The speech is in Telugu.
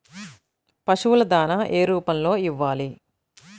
పశువుల దాణా ఏ రూపంలో ఇవ్వాలి?